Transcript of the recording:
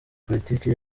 politiki